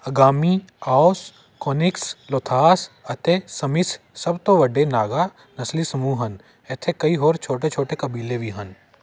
ਅੰਗਾਮੀ ਆਓਸ ਕੋਨਿਕਸ ਲੋਥਾਸ ਅਤੇ ਸਮਿਸ ਸਭ ਤੋਂ ਵੱਡੇ ਨਾਗਾ ਨਸਲੀ ਸਮੂਹ ਹਨ ਇੱਥੇ ਕਈ ਹੋਰ ਛੋਟੇ ਛੋਟੇ ਕਬੀਲੇ ਵੀ ਹਨ